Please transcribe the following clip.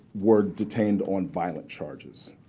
were detained on violent charges.